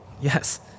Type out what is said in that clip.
Yes